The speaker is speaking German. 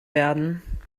werden